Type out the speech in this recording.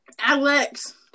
Alex